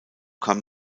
kam